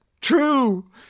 true